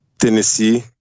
tennessee